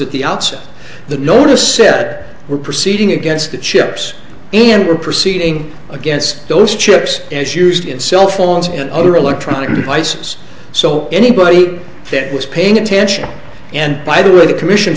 at the outset the notice set were proceeding against the chips and were proceeding against those chips as used in cell phones and other electronic devices so anybody that was paying attention and by the way the commission